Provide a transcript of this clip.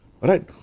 Right